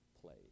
play